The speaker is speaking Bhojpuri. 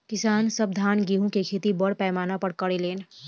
किसान सब धान गेहूं के खेती बड़ पैमाना पर करे लेन